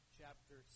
chapter